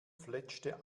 fletschte